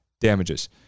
damages